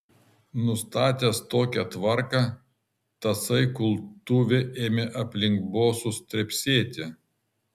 nustatęs tokią tvarką tasai kultuvė ėmė aplink bosus trepsėti